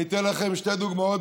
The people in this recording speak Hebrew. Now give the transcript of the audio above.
אני אתן לכם שתי דוגמאות,